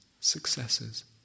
Successes